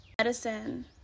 Medicine